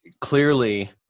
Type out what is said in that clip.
clearly